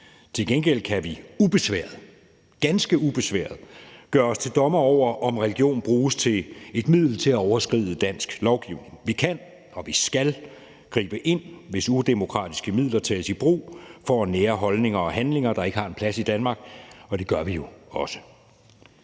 Til gengæld kan vi ubesværet – ganske ubesværet – gøre os til dommer over, om religion bruges som et middel til at overskride dansk lovgivning. Vi kan og vi skal gribe ind, hvis udemokratiske midler tages i brug for at nære holdninger og handlinger, der ikke har en plads i Danmark, og det gør vi jo også.